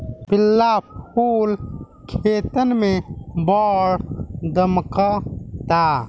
पिला फूल खेतन में बड़ झम्कता